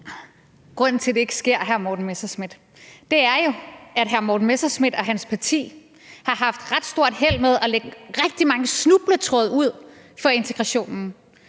Morten Messerschmidt, er jo, at hr. Morten Messerschmidt og hans parti har haft ret stort held med at spænde rigtig mange snubletråde ud for integrationen.